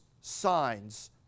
signs